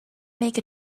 make